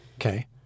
Okay